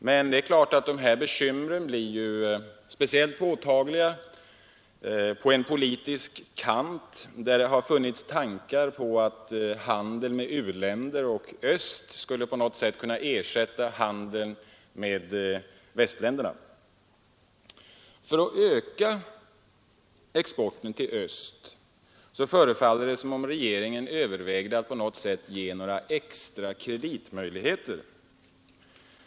Men bekymren blir ju speciellt påtagliga på den politiska kant, där det har funnits tankar på att handeln med u-länder och östländer på något sätt skulle kunna ersätta handeln med västländerna. För att öka exporten till öst förefaller det som om regeringen övervägde att ge några extra kreditmöjligheter.